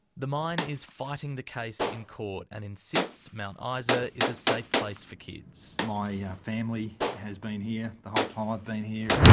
the mine is fighting the case in court, and insists mount ah isa is a safe place for kids. my family has been here the whole time i've been here.